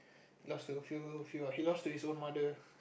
lost to feel feel or he lost to his own mother